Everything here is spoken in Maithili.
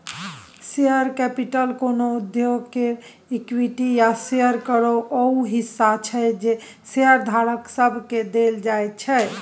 शेयर कैपिटल कोनो उद्योग केर इक्विटी या शेयर केर ऊ हिस्सा छै जे शेयरधारक सबके देल जाइ छै